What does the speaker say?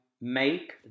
make